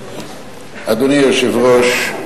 אדוני היושב-ראש,